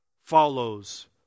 follows